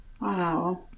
Wow